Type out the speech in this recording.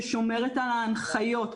ששומרת על ההנחיות.